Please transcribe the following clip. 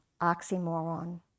oxymoron